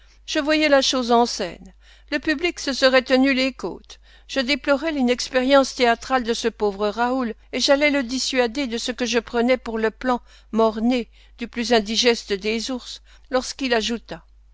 je voyais la chose en scène le public se serait tenu les côtes je déplorais l'inexpérience théâtrale de ce pauvre raoul et j'allais le dissuader de ce que je prenais pour le plan mort-né du plus indigeste des ours lorsqu'il ajouta